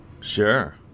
Sure